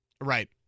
Right